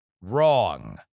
wrong